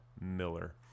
Miller